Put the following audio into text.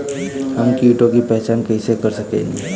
हम कीटों की पहचान कईसे कर सकेनी?